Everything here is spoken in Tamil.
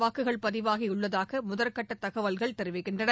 வாக்குகள் பதிவாகி உள்ளதாக முதற்கட்ட தகவல்கள் தெரிவிக்கின்றன